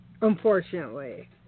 Unfortunately